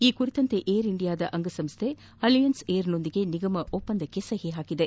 ಈ ಕುರಿತಂತೆ ಏರ್ ಇಂಡಿಯಾದ ಅಂಗಸಂಸ್ಡೆ ಅಲಯನ್ಸ್ ಏರ್ನೊಂದಿಗೆ ನಿಗಮ ಒಪ್ಪಂದಕ್ಕೆ ಸಹಿ ಹಾಕಿದೆ